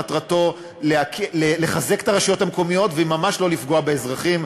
מטרתו לחזק את הרשויות המקומיות וממש לא לפגוע באזרחים,